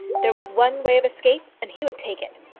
there was one way of escape, and he would take it!